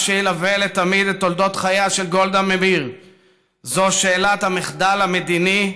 מה שילווה לתמיד את תולדות חייה של גולדה מאיר זו שאלת המחדל המדיני,